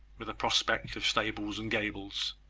with a prospect of stables and gables.